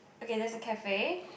okay there's a cafe